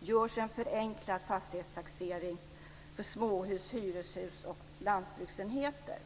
görs en förenklad fastighetstaxering för småhus, hyreshus och lantbruksenheter.